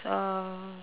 um